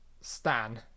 stan